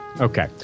Okay